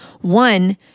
one